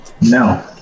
no